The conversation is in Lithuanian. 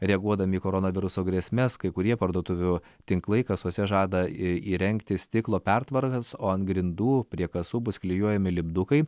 reaguodami į koronaviruso grėsmes kai kurie parduotuvių tinklai kasose žada įrengti stiklo pertvaras o ant grindų prie kasų bus klijuojami lipdukai